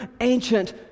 ancient